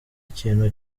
ikintu